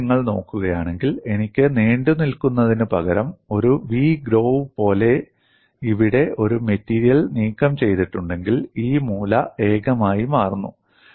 ഇപ്പോൾ നിങ്ങൾ നോക്കുകയാണെങ്കിൽ എനിക്ക് നീണ്ടുനിൽക്കുന്നതിനുപകരം ഒരു വി ഗ്രോവ് പോലെ ഇവിടെ ഒരു മെറ്റീരിയൽ നീക്കംചെയ്തിട്ടുണ്ടെങ്കിൽ ഈ മൂല ഏകമായി മാറുന്നു